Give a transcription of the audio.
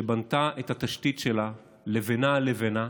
שבנתה את התשתית שלה לבנה על לבנה.